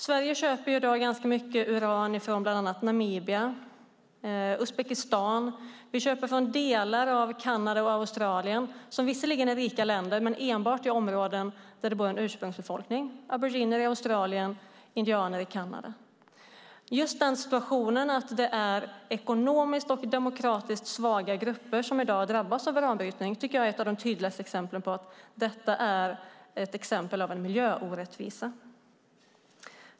Sverige köper i dag ganska mycket uran bland annat från Namibia och Uzbekistan, och vi köper från delar av Kanada och Australien, som visserligen är rika länder, men enbart från områden där en ursprungsbefolkning bor - indianer i Kanada och aboriginer i Australien. Just situationen att det är ekonomiskt och demokratiskt svaga grupper som i dag drabbas av uranbrytning tycker jag är ett av de tydligaste exemplen på miljöorättvisa.